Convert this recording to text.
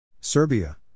Serbia